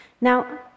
Now